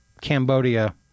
cambodia